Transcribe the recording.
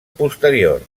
posterior